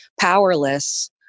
powerless